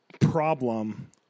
problem